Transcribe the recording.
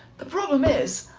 the problem is,